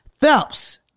Phelps